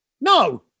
no